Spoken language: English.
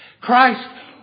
Christ